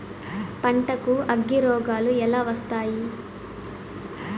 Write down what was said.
పంటకు అగ్గిరోగాలు ఎలా వస్తాయి?